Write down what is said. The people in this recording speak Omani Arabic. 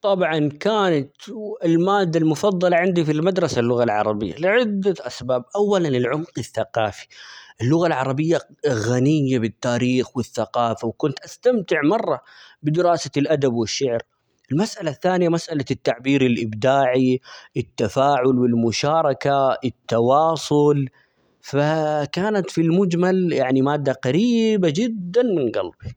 طبعًا كانت المادة المفضلة عندي في المدرسة اللغة العربية لعدة أسباب أولًا العمق الثقافي، اللغة العربية -غ- غنية بالتاريخ ،والثقافة ،وكنت استمتع مرة بدراسة الأدب والشعر ،المسألة الثانية مسألة التعبير الابداعي ،التفاعل ، والمشاركة، التواصل، ف كانت في المجمل يعني مادة قريبة جدا من قلبي.